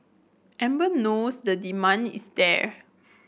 Amer knows the demand is there